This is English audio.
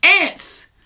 Ants